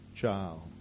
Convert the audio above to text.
child